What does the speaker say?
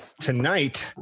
tonight